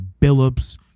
Billups